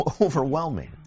overwhelming